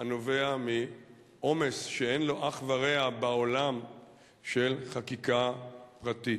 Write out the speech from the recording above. הנובע מעומס שאין לו אח ורע בעולם של חקיקה פרטית.